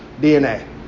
DNA